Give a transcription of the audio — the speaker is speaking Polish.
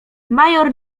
major